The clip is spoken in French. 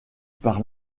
par